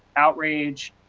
outrage,